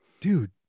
dude